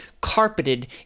carpeted